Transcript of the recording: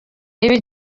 ibi